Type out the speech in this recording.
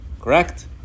Correct